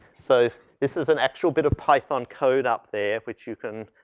so this is an actual bit of python code up there which you can,